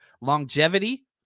Longevity